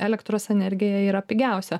elektros energija yra pigiausia